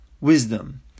wisdom